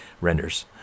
renders